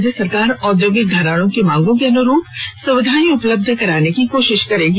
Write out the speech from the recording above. राज्य सरकार औद्योगिक घरानों की मांगों के अनुरूप सुविधाएं उपलब्ध कराने की कोशिश करेगी